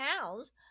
pounds